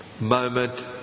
moment